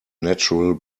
natural